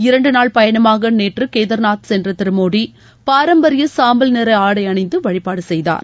இரண்டு நாள் பயணமாக நேற்று கேதார்நாத் சென்ற திரு மோடி பாரம்பரிய சாம்பல் நிற ஆடை அணிந்து வழிபாடு செய்தார்